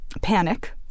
panic